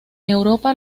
europa